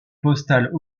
postal